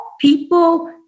people